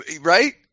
Right